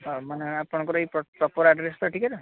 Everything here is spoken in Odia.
ହଁ ମାନେ ଆପଣଙ୍କର ଏଇ ପ୍ରପର୍ ଆଡ଼୍ରେସ